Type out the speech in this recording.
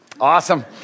Awesome